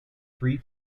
three